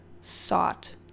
sought